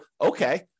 okay